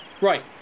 Right